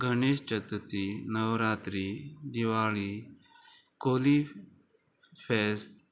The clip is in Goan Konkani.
गणेश चतुर्थी नवरात्री दिवाळी कोली फेस्त